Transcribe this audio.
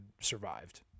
survived